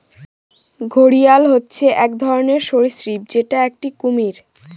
ঘড়িয়াল হচ্ছে এক ধরনের সরীসৃপ যেটা একটি কুমির